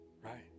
right